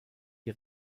die